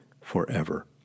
forever